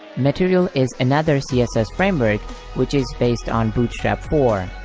material is another css framework which is based on bootstrap four.